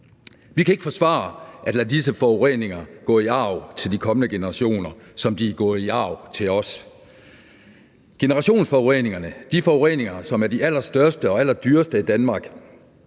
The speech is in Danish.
Vi kan ikke forsvare at lade disse forureninger gå i arv til de kommende generationer, som de er gået i arv til os. Generationsforureningerne, de forureninger, som er de allerstørste og allerdyreste at